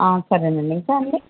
సరేనండి ఇంకా అండి